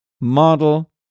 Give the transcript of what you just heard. model